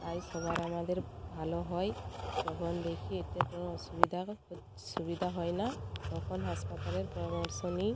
তাই সবার আমাদের ভালো হয় যখন দেখি এতে কোনো অসুবিধা সুবিধা হয় না তখন হাসপাতালের পরামর্শ নিই